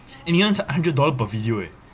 and he earns hundred dollar per video eh